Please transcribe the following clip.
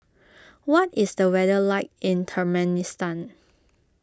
what is the weather like in Turkmenistan